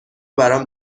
برام